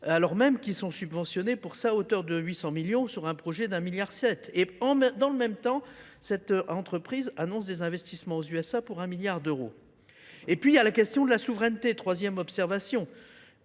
alors même qu'ils sont subventionnés pour sa hauteur de 800 millions sur un projet d'un milliard 7. Et dans le même temps, cette entreprise annonce des investissements aux USA pour un milliard d'euros. Et puis il y a la question de la souveraineté, troisième observation.